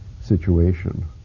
situation